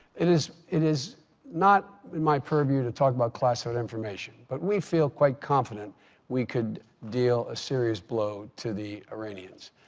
it is it is not in my purview to talk about classified information. but we feel quite confident we could deal a serious blow to the iranians.